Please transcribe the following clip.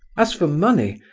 as for money,